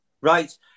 right